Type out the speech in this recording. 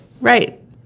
Right